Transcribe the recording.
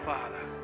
Father